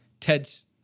Ted's